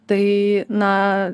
tai na